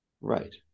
right